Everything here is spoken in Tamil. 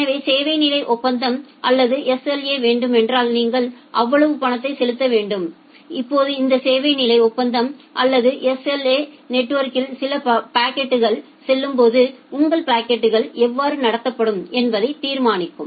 எனவே சேவை நிலை ஒப்பந்தம் அல்லது SLA வேண்டுமென்றால் நீங்கள் அவ்வளவு பணத்தை செலுத்த வேண்டும் இப்போது அந்த சேவை நிலை ஒப்பந்தம் அல்லது SLA நெட்வொர்க்கில் பாக்கெட்டுகள் செல்லும்போது உங்கள் பாக்கெட்டுகள் எவ்வாறு நடத்தப்படும் என்பதை தீர்மானிக்கும்